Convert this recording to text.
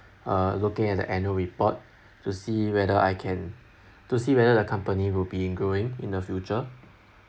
uh looking at the annual report to see whether I can to see whether the company will be in growing in the future